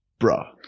bruh